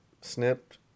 snipped